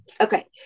okay